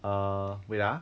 err wait ah